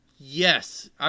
Yes